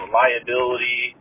liability